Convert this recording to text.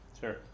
Sure